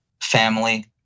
family